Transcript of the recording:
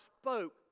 spoke